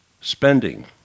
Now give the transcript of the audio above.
Spending